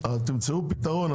תמצאו פתרון.